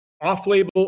off-label